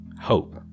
hope